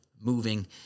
moving